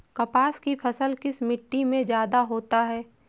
कपास की फसल किस मिट्टी में ज्यादा होता है?